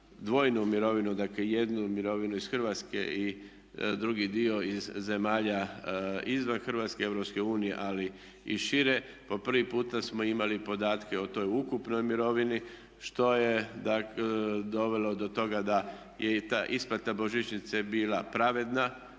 dvojnu mirovinu, dakle jednu mirovinu iz Hrvatske i drugi dio iz zemalja izvan Hrvatske, Europske unije ali i šire, po prvi puta smo imali podatke o toj ukupnoj mirovini što je dovelo do toga da je i ta isplata božićnice bila pravedna,